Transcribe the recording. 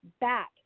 back